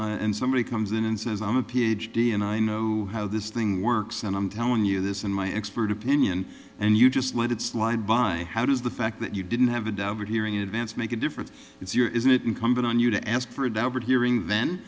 and somebody comes in and says i'm a ph d and i know how this thing works and i'm telling you this in my expert opinion and you just let it slide by how does the fact that you didn't have a hearing in advance make a difference is your isn't it incumbent on you to ask for